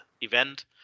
event